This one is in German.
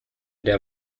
der